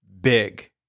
big